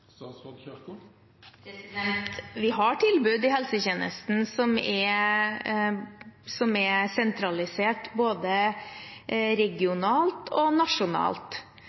Vi har tilbud i helsetjenesten som er sentralisert, både regionalt og nasjonalt,